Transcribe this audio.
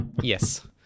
Yes